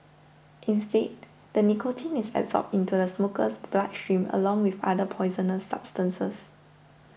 instead the nicotine is absorbed into the smoker's bloodstream along with other poisonous substances